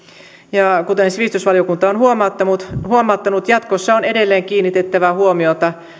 ja kuten sivistysvaliokunta on huomauttanut huomauttanut jatkossa on edelleen kiinnitettävä huomiota